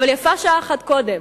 אבל יפה שעה אחת קודם.